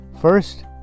First